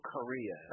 Korea